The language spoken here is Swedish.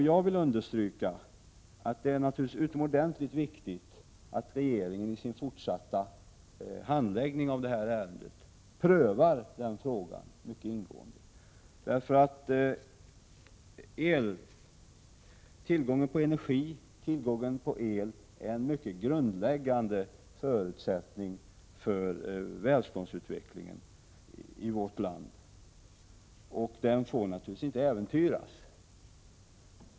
Jag vill understryka att det naturligtvis är utomordentligt viktigt att regeringen i sin fortsatta handläggning av detta ärende prövar den frågan mycket ingående. Tillgången på elenergi är en mycket grundläggande förutsättning för välståndsutvecklingen i vårt land. Den får naturligtvis inte äventyras.